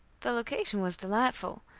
the location was delightful,